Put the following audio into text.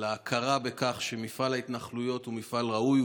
על ההכרה בכך שמפעל ההתנחלויות הוא מפעל ראוי,